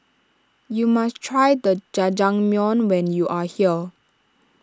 you must try the Jajangmyeon when you are here